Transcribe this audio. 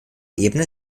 ebene